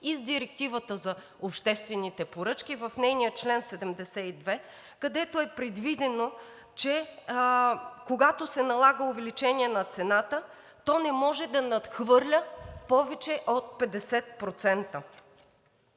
и с Директивата за обществените поръчки в нейния чл. 72, където е предвидено, че когато се налага увеличение на цената, то не може да надхвърля повече от 50%.